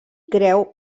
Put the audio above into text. creu